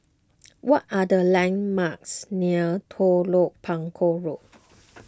what are the landmarks near Telok Paku Road